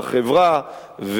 בחברה,